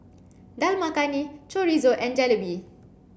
Dal Makhani Chorizo and Jalebi